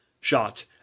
shot